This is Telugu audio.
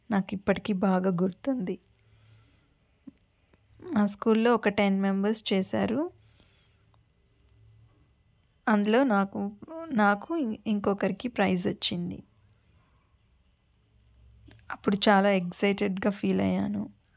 నాకు ఇప్పటికీ బాగా గుర్తుంది ఆ స్కూల్లో ఒక టెన్ మెంబెర్స్ చేశారు అందులో నాకు నాకు ఇంకొకరికి ప్రైజ్ వచ్చింది అప్పుడు చాలా ఎగ్జైటెడ్గా ఫీల్ అయ్యాను